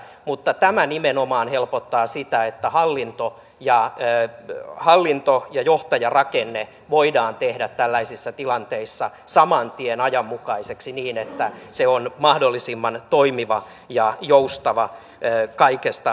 mutta tämä nimenomaan helpottaa sitä että hallinto ja johtajarakenne voidaan tehdä tällaisissa tilanteissa saman tien ajanmukaiseksi niin että se on mahdollisimman toimiva ja joustava kaikista näkökulmista